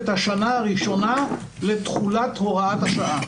את השנה הראשונה לתחולת הוראת השעה.